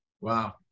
Wow